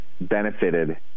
benefited